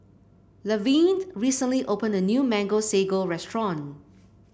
Laverne recently opened a new Mango Sago restaurant